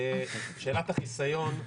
שאלת החיסיון,